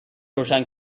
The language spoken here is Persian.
روشن